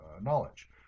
knowledge